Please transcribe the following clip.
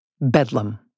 Bedlam